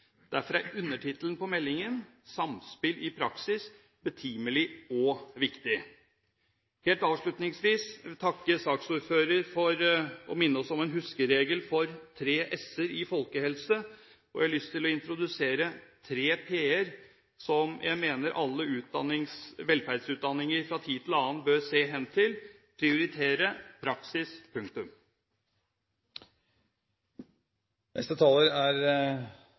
Derfor er undertittelen på meldingen, Samspill i praksis, betimelig og viktig. Helt avslutningsvis vil jeg takke saksordføreren for å minne oss om en huskeregel om tre s-er i samband med folkehelsen. Jeg har lyst til å introdusere tre p-er, som jeg mener alle velferdsutdanninger fra tid til annen bør se hen til: prioritere praksis punktum. Det er